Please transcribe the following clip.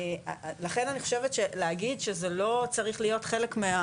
לכן אני חושב שלהגיד שזה לא צריך להיות חלק.